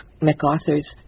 MacArthur's